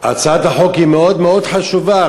הצעת החוק היא מאוד מאוד חשובה,